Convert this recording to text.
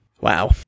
wow